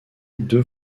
deux